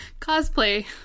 cosplay